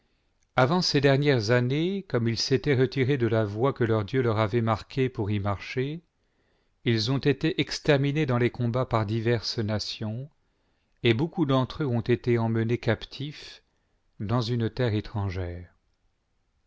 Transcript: avant ces dernières auuces comme ils s'étaient retirés de la voie que leur dieu leur avait marquée pour y marcher ils ont été exterminés dans les combats par diverses nations et beaucoup d'entre eux ont été emmenés captifs dans une terre étrangère